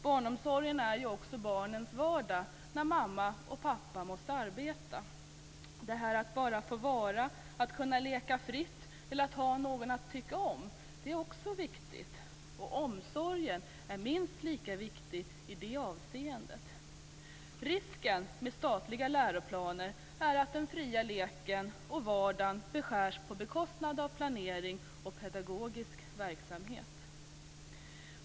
Barnomsorgen är ju också barnens vardag när mamma och pappa måste arbeta - att barnen bara får vara, att de kan leka fritt eller att de har någon att tycka om, vilket också är viktigt. Och omsorgen är minst lika viktig i detta avseende. Risken med statliga läroplaner är att den fria leken och vardagen beskärs på bekostnad av planering och pedagogisk verksamhet.